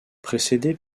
précédée